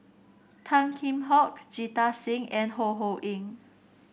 Tan Kheam Hock Jita Singh and Ho Ho Ying